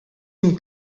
une